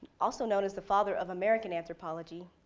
also known as the father of american anthropology,